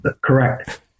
Correct